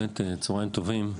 באמת, צוהריים טובים.